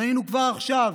ראינו כבר עכשיו